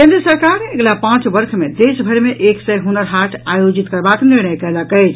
केंद्र सरकार अगिला पांच वर्ष मे देशभरि मे एक सय हुनर हाट आयोजित करबाक निर्णय कयलक अछि